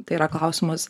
tai yra klausimas